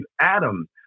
Adam